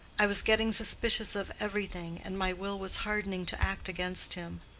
i was getting suspicious of everything, and my will was hardening to act against him.